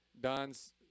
Don's